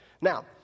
Now